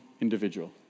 individual